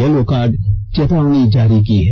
yellow card चेतावनी जारी की है